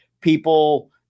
people